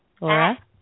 Laura